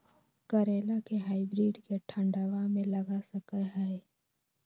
करेला के हाइब्रिड के ठंडवा मे लगा सकय हैय?